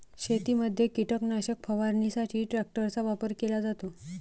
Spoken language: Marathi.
शेतीमध्ये कीटकनाशक फवारणीसाठी ट्रॅक्टरचा वापर केला जातो